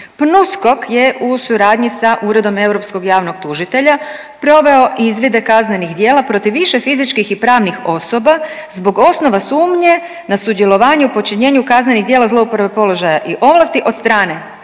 PNUSKOK je u suradnji sa Uredom europskog javnog tužitelja proveo izvide kaznenih djela protiv više fizičkih i pravnih osoba zbog osnova sumnje na sudjelovanju i počinjenju kaznenih djela zlouporabe položaja i ovlasti od strane